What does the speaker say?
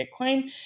Bitcoin